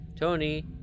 Tony